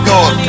God